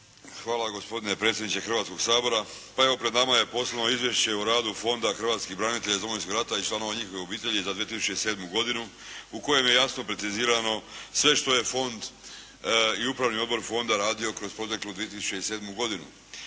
Hvala gospodine predsjedniče Hrvatskog sabora. Pa evo pred nama je Poslovno izvješće o radu Fonda hrvatskih branitelja iz Domovinskog rata i članova njihovih obitelji za 2007. godinu u kojem je jasno precizirano sve što je fond i upravni odbor fonda radio kroz proteklu 2007. godinu.